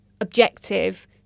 objective